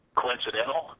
coincidental